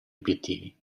obiettivi